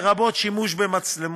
לרבות שימוש במצלמות,